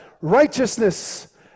Righteousness